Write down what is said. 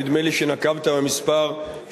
נדמה לי שנקבת במספר 330,000,